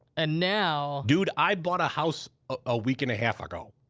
and now dude, i bought a house a week and a half ago.